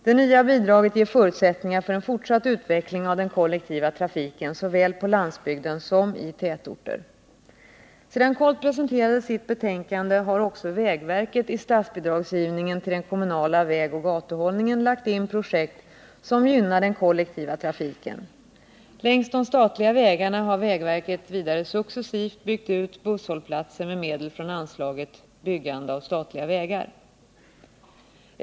Det nya bidraget ger förutsättningar för en fortsatt utveckling av den kollektiva trafiken såväl på landsbygden som i tätorterna. Sedan KOLT presenterade sitt betänkande har också vägverket i statsbidragsgivningen till den kommunala vägoch gatuhushållningen lagt in projekt som gynnar den kollektiva trafiken. Längs de statliga vägarna har vägverket vidare successivt byggt ut busshållplatser med medel från anslaget Byggande av statliga vägar.